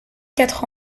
quatre